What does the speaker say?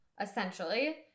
essentially